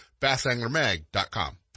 BassAnglerMag.com